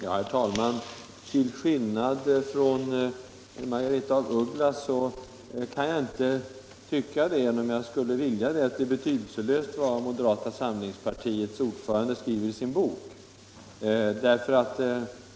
Herr talman! Till skillnad från fru af Ugglas tycker jag inte det är betydelselöst vad moderata samlingspartiets ordförande skriver i sin bok.